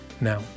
Now